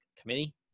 Committee